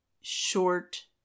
short